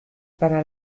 para